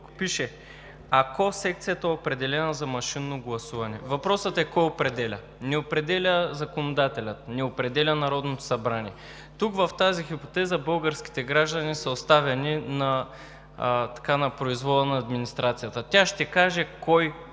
пише: „Ако секцията, определена за машинно гласуване“ – въпросът е: кой определя? Не определя законодателят, не определя Народното събрание. В тази хипотеза българските граждани са оставени на произвола на администрацията – тя ще каже кой,